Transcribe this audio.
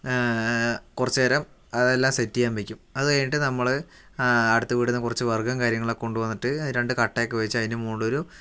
കുറച്ച് നേരം അതെല്ലാം സെറ്റ് ചെയ്യാൻ വക്കും അതുകഴിഞ്ഞിട്ട് നമ്മള് അടുത്ത വീട്ടിൽ നിന്ന് കുറച്ച് വിറകും കാര്യങ്ങളൊക്കെ കൊണ്ട് വന്നിട്ട് അതി രണ്ട് കട്ടയൊക്കേ വച്ച് അതിൻ്റെ മുകളിലൊരു